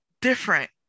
different